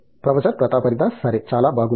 professor Pratap Haridas సరే చాలా బాగుంది